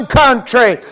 country